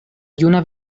juna